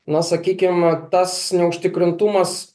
na sakykim tas neužtikrintumas